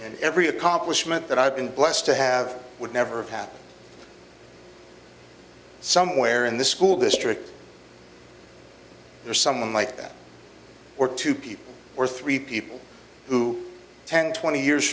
in every accomplishment that i've been blessed to have would never have happened somewhere in this school district or someone like that or two people or three people who ten twenty years